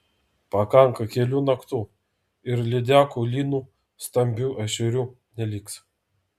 pakanka kelių naktų ir lydekų lynų stambių ešerių neliks